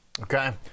okay